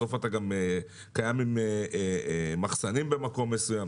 בסוף אתה קיים עם מחסנים במקום מסוים,